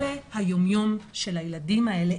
אלה היום יום של הילדים האלה.